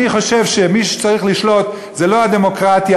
אני חושב שמי שצריך לשלוט זאת לא הדמוקרטיה,